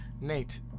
Nate